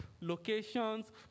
locations